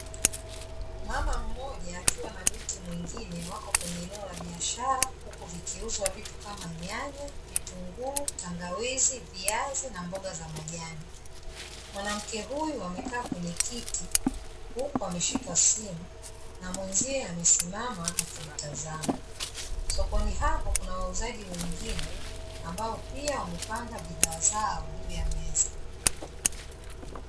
Mama mmoja akiwa na binti mwingine wako kwenye eneo la biashara huku vikiuzwa vitu kama: nyanya, vitunguu, tangawizi, viazi na mboga za majani. Mwanamke huyu amekaa kwenye kiti huku ameshika simu na mwenzie amesimama akiitazama. Sokoni hapo kuna wauzaji wengine ambao pia wamepanga bidhaa zao juu ya meza.